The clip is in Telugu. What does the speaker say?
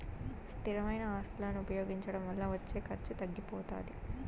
స్థిరమైన ఆస్తులను ఉపయోగించడం వల్ల వచ్చే ఖర్చు తగ్గిపోతాది